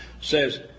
Says